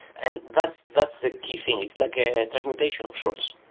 and that's that's the key thing. it's like a transmutation of sorts.